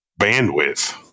bandwidth